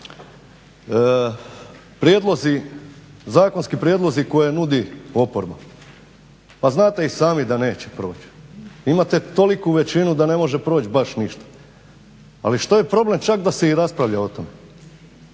zakonski prijedlozi koje nudi oporba pa znate i sami da neće proći. Imate toliku većinu da ne može proći baš ništa. Ali što je problem čak da se i raspravlja o tome?